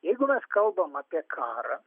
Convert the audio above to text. jeigu mes kalbam apie karą